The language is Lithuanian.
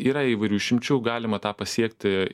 yra įvairių išimčių galima tą pasiekti